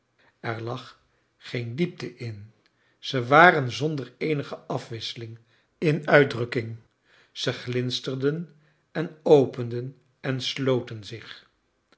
er lag gsen diepte in ze waren zonder eenige afwissehng in uitdrukking ze glinsterden en openden en sloten zich